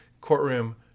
Courtroom